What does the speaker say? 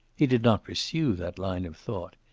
he did not pursue that line of thought.